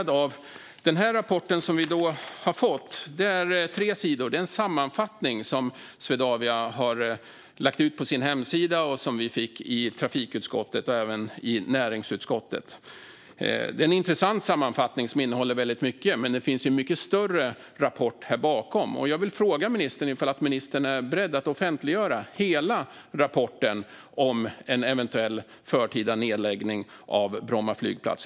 Den rapport som vi har fått är en sammanfattning på tre sidor som Swedavia har lagt ut på sin hemsida och som vi i trafikutskottet fick och även näringsutskottet. Det är en intressant sammanfattning som innehåller väldigt mycket. Men det finns ju en mycket större rapport bakom den. Jag vill fråga ministern ifall han är beredd att offentliggöra hela rapporten om en eventuell förtida nedläggning av Bromma flygplats.